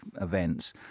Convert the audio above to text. events